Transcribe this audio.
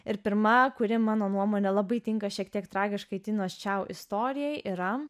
ir pirma kuri mano nuomone labai tinka šiek tiek tragiškai tinos čiau istorijai yra